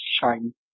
shine